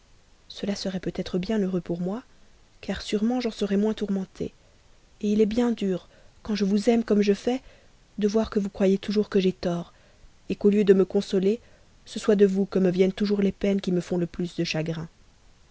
cela serait peut-être bien heureux pour moi car sûrement j'en serais moins tourmentée il est bien dur quand je vous aime comme je fais de voir que vous croyez toujours que j'ai tort qu'au lieu de me consoler ce soit de vous que me viennent toujours les peines qui me font le plus de chagrin